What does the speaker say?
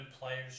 players